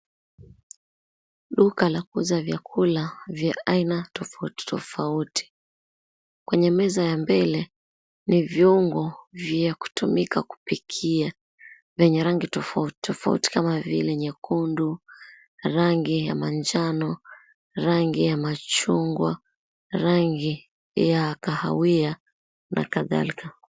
Duka la kuuza vyakula vya aina tofauti tofauti. Kwenye meza ya mbele ni viungo vya kutumika kupikia, vyenye rangi tofauti tofauti, kama vile nyekundu, rangi ya manjano, rangi ya machungwa, rangi ya kahawia na kadhalika.